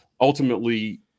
ultimately